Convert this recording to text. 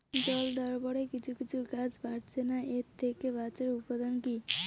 জল দেওয়ার পরে কিছু কিছু গাছ বাড়ছে না এর থেকে বাঁচার উপাদান কী?